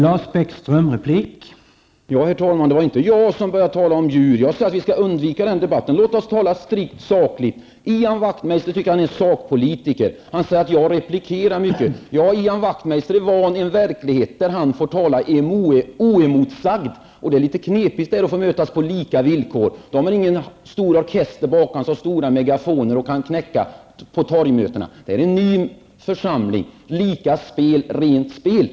Herr talman! Det var inte jag som började tala om djur. Jag sade att vi skall undvika den debatten. Låt oss tala strikt sakligt. Ian Wachtmeister tycker att han är sakpolitiker. Han säger att jag replikerar mycket. Ian Wachtmeister är van vid en verklighet där han får tala oemotsagd, och det är litet knepigt att nu i stället få mötas på lika villkor. Det finns ingen stor orkester bakom och inga stora megafoner som man kan knäcka andra med på torgmötena. Detta är en ny församling där det råder lika villkor och är rent spel.